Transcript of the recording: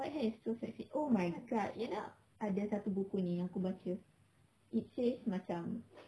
white hair is so sexy oh my god you know ada satu buku ni aku baca it says macam